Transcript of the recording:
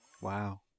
wow